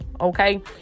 Okay